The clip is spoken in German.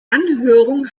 anhörung